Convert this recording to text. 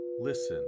listen